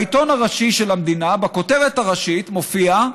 בעיתון הראשי של המדינה בכותרת הראשית מופיע: